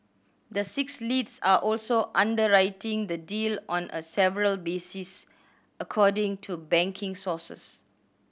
the six leads are also underwriting the deal on a several basis according to banking sources